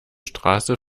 straße